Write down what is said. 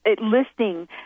listing